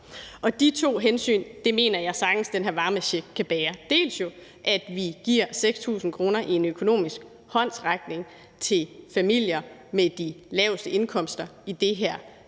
De to hensyn mener jeg sagtens den her varmecheck kan bære. Vi giver 6.000 kr. i en økonomisk håndsrækning til familier med de laveste indkomster i det her land